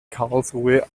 karlsruhe